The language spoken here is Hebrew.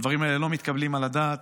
הדברים האלה לא מתקבלים על הדעת.